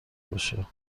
باشه